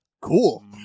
Cool